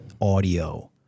audio